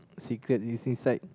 secretly is inside